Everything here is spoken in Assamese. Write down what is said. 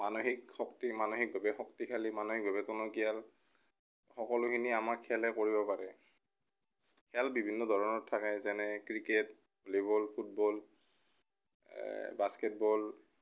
মানসিক শক্তি মানসিকভাৱে শক্তিশালী মানসিকভাৱে টনকীয়াল সকলোখিনি আমাক খেলে কৰিব পাৰে খেল বিভিন্ন ধৰণৰ থাকে যেনে ক্ৰিকেট ভলিবল ফুটবল বাস্কেটবল